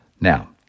Now